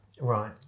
Right